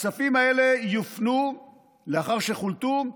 הכספים האלה, לאחר שיחולטו,